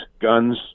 guns